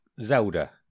Zelda